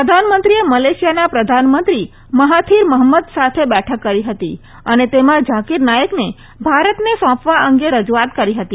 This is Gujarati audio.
પ્રધાનમંત્રીએ મલેશિયાના પ્રધાનમંત્રી મહાથીર મહંમદ સાથે બેઠક કરી હતી અને તેમાં ઝાકીર નાઇકને ભારતને સોંપવા અંગે રજૂઆત કરી હતી